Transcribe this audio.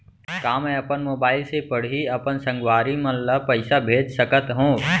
का मैं अपन मोबाइल से पड़ही अपन संगवारी मन ल पइसा भेज सकत हो?